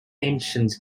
ancient